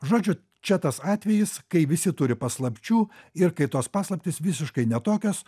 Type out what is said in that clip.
žodžiu čia tas atvejis kai visi turi paslapčių ir kai tos paslaptys visiškai ne tokios